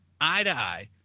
eye-to-eye